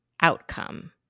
outcome